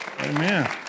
amen